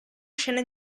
scene